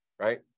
right